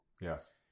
Yes